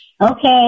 Okay